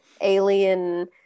alien